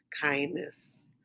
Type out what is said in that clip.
kindness